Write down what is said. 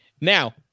Now